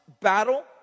battle